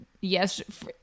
Yes